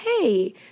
hey